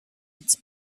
its